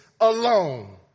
alone